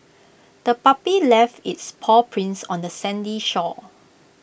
the puppy left its paw prints on the sandy shore